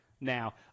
now